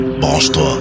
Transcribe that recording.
Branche-toi